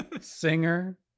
singer